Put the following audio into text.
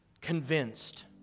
convinced